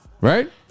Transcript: Right